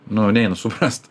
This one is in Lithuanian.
nu neina suprast